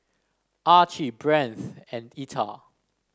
Archie Brandt and Etta